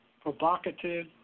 provocative